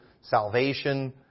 salvation